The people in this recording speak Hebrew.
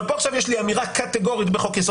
אבל פה עכשיו יש לי אמירה קטגורית בחוק-יסוד,